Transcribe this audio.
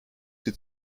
sie